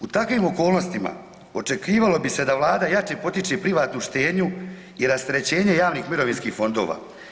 U takvim okolnostima očekivalo bi se da Vlada jače potiče privatnu štednju i rasterećenje javnih mirovinskih fondova.